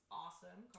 awesome